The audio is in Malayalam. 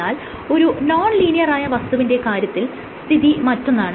എന്നാൽ ഒരു നോൺ ലീനിയറായ വസ്തുവിന്റെ കാര്യത്തിൽ സ്ഥിതി മറ്റൊന്നാണ്